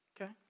Okay